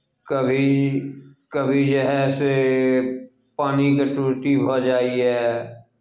कभी कभी जे हइ से पानिके त्रुटि भऽ जाइए